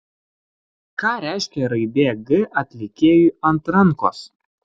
ką reiškia raidė g atlikėjui ant rankos